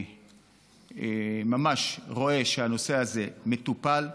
אני ממש רואה שהנושא הזה מטופל,